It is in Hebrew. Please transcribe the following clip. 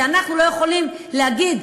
כי אנחנו לא יכולים להגיד,